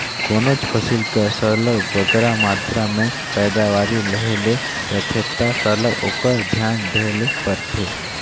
कोनोच फसिल कर सरलग बगरा मातरा में पएदावारी लेहे ले रहथे ता सरलग ओकर धियान देहे ले परथे